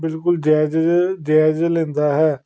ਬਿਲਕੁਲ ਜਾਇਜ਼ ਜਿਹੇ ਜਾਇਜ਼ ਲੈਂਦਾ ਹੈ